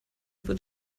wird